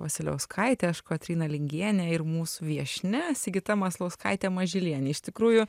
vasiliauskaitė aš kotryna lingienė ir mūsų viešnia sigita maslauskaitė mažylienė iš tikrųjų